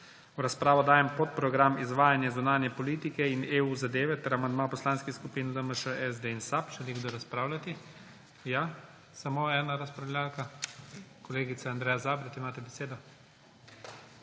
V razpravo dajem podprogram Izvajanje zunanje politike in EU zadeve ter amandma poslanskih skupin LMŠ, SD in SAB. Želi kdo razpravljati? Da. Samo eno razpravljavka? (Da.) Kolegica Andreja Zabret, imate besedo.